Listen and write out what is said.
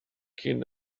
cyn